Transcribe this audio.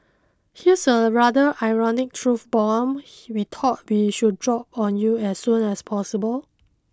here's a rather ironic truth bomb we thought we should drop on you as soon as possible